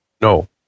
no